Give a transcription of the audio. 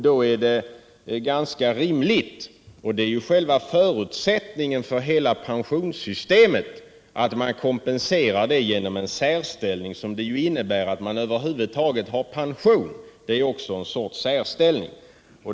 Då är det ganska rimligt och utgör själva förutsättningen för hela pensionssystemet att man kompenserar med en särställning som innebär att man över huvud taget har pension. Det är ju också en sorts särställning.